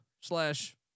slash